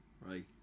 Right